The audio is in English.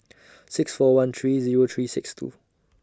six four one three Zero three six two